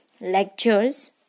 lectures